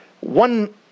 one